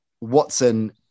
Watson